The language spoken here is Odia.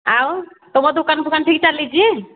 ଆଉ ତମ ଦୋକାନ ଫୋକାନ ଠିକ୍ ଚାଲିଛି